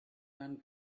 and